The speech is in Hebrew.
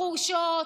בחורשות,